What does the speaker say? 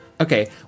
Okay